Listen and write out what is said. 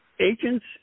agents